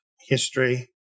history